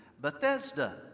Bethesda